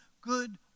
good